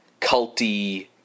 culty